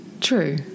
true